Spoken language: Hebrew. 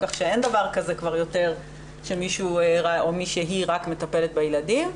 כך שאין דבר כזה כבר יותר שמישהו או מישהי רק מטפלת בילדים.